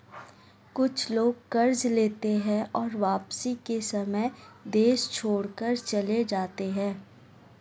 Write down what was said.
कुछ लोग कर्ज लेते हैं और वापसी के समय देश छोड़कर चले जाते हैं